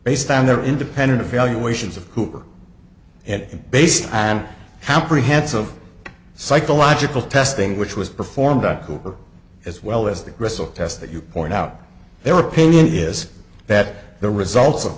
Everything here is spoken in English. based on their independent evaluations of cooper and based and how prehensile psychological testing which was performed on cooper as well as the rest of the test that you point out their opinion is that the results of